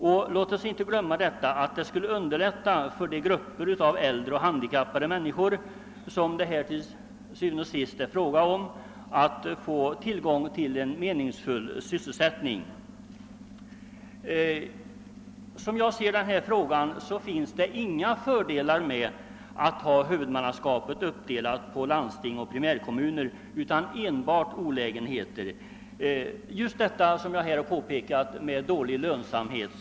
Och låt oss inte glömma att det skulle underlätta för de grupper av äldre och handikappade människor som det här til syvende og sidst är fråga om att få tillgång till en meningsfull sysselsättning. Som jag ser denna fråga finns det inga fördelar med att ha huvudmannaskapet uppdelat på landsting och primärkommuner utan enbart olägenheter, bl.a. just dålig lönsamhet.